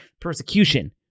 persecution